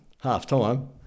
half-time